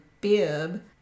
bib